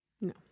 No